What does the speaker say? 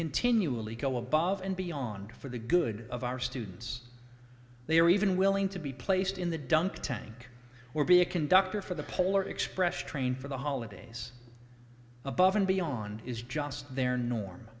continually go above and beyond for the good of our students they are even willing to be placed in the dunk tank or be a conductor for the polar express train for the holidays above and beyond is just their normal